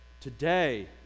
Today